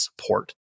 support